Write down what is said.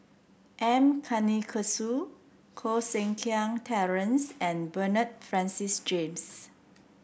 M Karthigesu Koh Seng Kiat Terence and Bernard Francis James